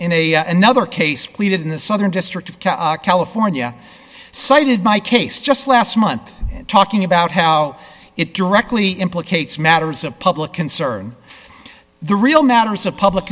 in a another case pleaded in the southern district of california cited my case just last month and talking about how it directly implicates matters of public concern the real matters of public